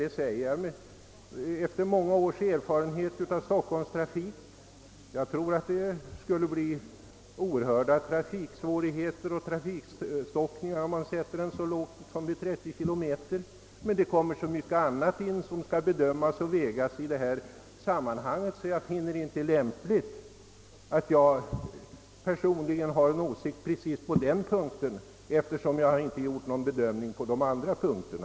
Detta säger jag efter många års erfarenhet av stockholmstrafik. Jag tror att det skulle bli oerhörda trafiksvårigheter och trafikstockningar om man sätter hastighetsbegränsningen så lågt som 30 km/tim. Men det tillkommer så mycket annat som skall bedömas och avvägas i detta sammanhang, att jag inte finner det särskilt värdefullt att just jag personligen har en åsikt just på denna punkt, eftersom jag inte gjort någon bedömning på de andra punkterna.